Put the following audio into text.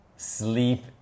Sleep